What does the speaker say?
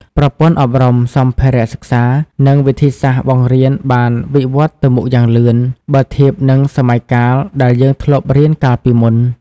ប្រព័ន្ធអប់រំ សម្ភារៈសិក្សា និងវិធីសាស្រ្តបង្រៀនបានវិវត្តន៍ទៅមុខយ៉ាងលឿន បើធៀបនឹងសម័យកាលដែលយើងធ្លាប់រៀនកាលពីមុន។